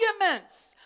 arguments